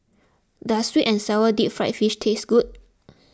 does Sweet and Sour Deep Fried Fish taste good